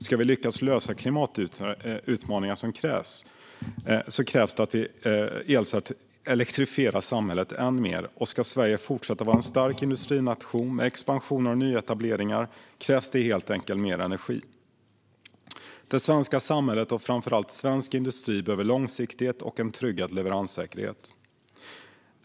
Ska vi lyckas lösa klimatutmaningarna krävs det att vi elektrifierar samhället än mer, och ska Sverige fortsätta vara en stark industrination med expansioner och nyetableringar krävs det helt enkelt mer energi. Det svenska samhället och framför allt svensk industri behöver långsiktighet och en tryggad leveranssäkerhet.